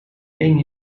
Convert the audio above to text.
één